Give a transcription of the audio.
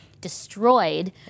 destroyed